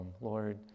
Lord